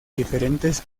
diferentes